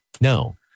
No